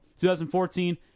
2014